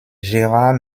gérard